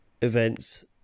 events